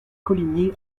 coligny